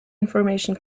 information